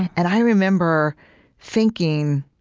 and i remember thinking,